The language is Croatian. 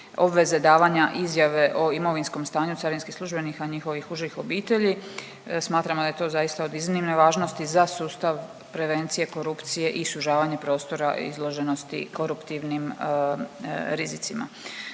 obveze davanja izjave o imovinskom stanju carinskih službenika i njihovih užih obitelji. Smatramo da je to zaista od iznimne važnosti za sustav prevencije korupcije i sužavanje prostora izloženosti koruptivnim rizicima.